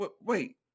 wait